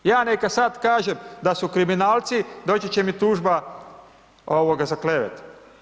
Ja neka sada kažem, da su kriminalci, doći će mi tužba za klevetu.